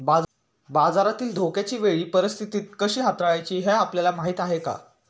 बाजारातील धोक्याच्या वेळी परीस्थिती कशी हाताळायची हे आपल्याला माहीत आहे का?